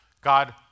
God